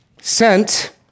sent